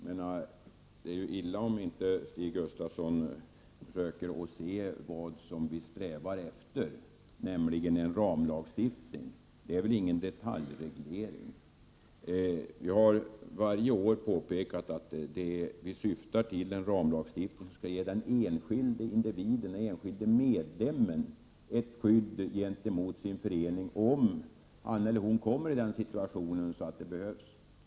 Det är illa om Stig Gustafsson inte försöker se vad vi strävar efter, nämligen en ramlagstiftning. Det är väl ingen detaljreglering? Jag har varje år påpekat att vi syftar till en ramlagstiftning, som skall ge den enskilde medlemmen ett skydd mot sin förening, om han eller hon hamnar i den situationen att det behövs.